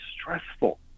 stressful